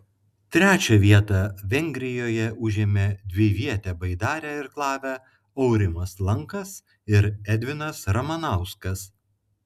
trečią vietą vengrijoje užėmė dvivietę baidarę irklavę aurimas lankas ir edvinas ramanauskas